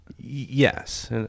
Yes